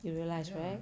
you realise right